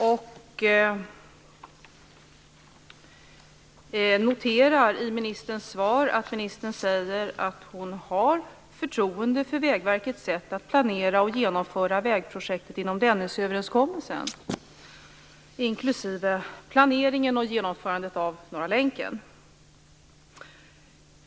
Jag noterar att ministern i sitt svar säger att hon har förtroende för Vägverkets sätt att planera och genomföra vägprojektet inom Dennisöverenskommelsen, inklusive planeringen och genomförandet av Norra länken.